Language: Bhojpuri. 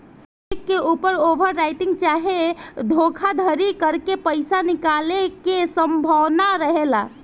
चेक के ऊपर ओवर राइटिंग चाहे धोखाधरी करके पईसा निकाले के संभावना रहेला